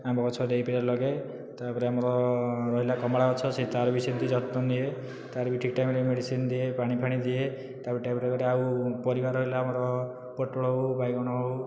ଆମ୍ବ ଗଛ ଲଗାଏ ତା'ପରେ ଆମର ରହିଲା କମଳା ଗଛ ସେ ତା'ର ବି ସେମିତି ଯତ୍ନ ନିଏ ତା'ର ବି ଠିକ୍ ଟାଇମରେ ମେଡିସିନ୍ ଦିଏ ପାଣି ଫାଣି ଦିଏ ଆଉ ପରିବା ରହିଲା ଆମର ପୋଟଳ ହେଉ ବାଇଗଣ ହେଉ